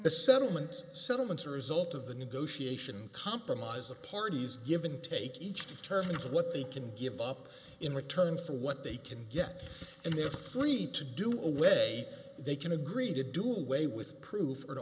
the settlement settlements a result of the negotiation and compromise the parties give and take each determine what they can give up in return for what they can get and they're free to do a way they can agree to do away with proof or to